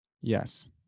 Yes